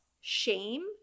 shame